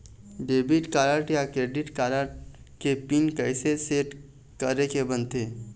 Debit card या credit card के PIN कइसे सेट करे के बनते?